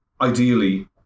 ideally